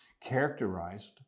characterized